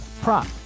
prop